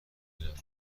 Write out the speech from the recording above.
دیوونگی